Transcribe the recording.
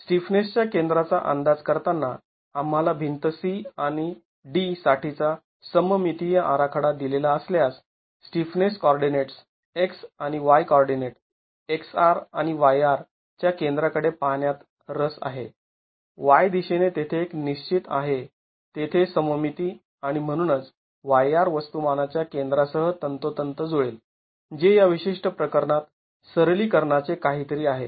स्टिफनेसच्या केंद्राचा अंदाज करताना आम्हाला भिंत C आणि D साठी चा सममितीय आराखडा दिलेला असल्यास स्टिफनेस कॉर्डीनेट्स् x आणि y कॉर्डीनेट xR आणि yR च्या केंद्राकडे पाहण्यात रस आहे y दिशेने तेथे एक निश्चित आहे तेथे सममिती आणि म्हणूनच yR वस्तुमाना च्या केंद्रसह तंतोतंत जुळेल जे या विशिष्ट प्रकरणात सरलीकरणाचे काहीतरी आहे